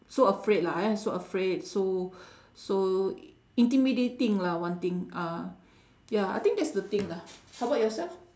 so afraid lah !aiya! so afraid so so intimidating lah one thing uh ya I think that's the thing lah how about yourself